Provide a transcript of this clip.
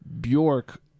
Bjork